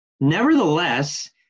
Nevertheless